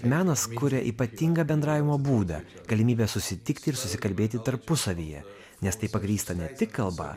menas kuria ypatingą bendravimo būdą galimybę susitikti ir susikalbėti tarpusavyje nes tai pagrįsta ne tik kalba